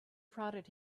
prodded